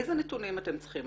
איזה נתונים אתם צריכים?